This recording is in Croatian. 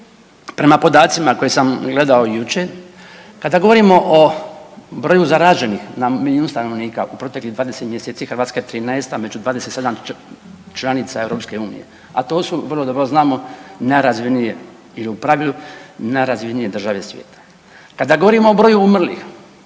prema podacima koje sam gledao jučer kada govorimo o broju zaraženih na milijun stanovnika u proteklih 20 mjeseci Hrvatska je 13. među 27 članica Europske unije, a to su vrlo dobro znamo najrazvijenije i u pravilu najrazvijenije države svijeta. Kada govorimo o broju umrlih,